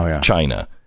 China